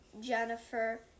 Jennifer